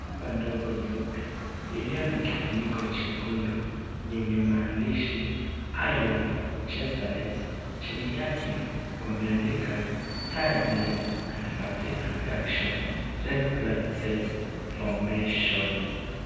Chupa ndogo nyeupe iliyo na kifuniko chekundu yenye maandishi iron chelate, chini yake wameandika tiredness and fatigue reduction, red blood cells formation .